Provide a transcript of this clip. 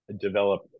develop